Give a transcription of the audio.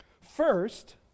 First